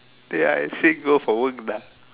they're sick go for work